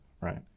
Right